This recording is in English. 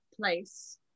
place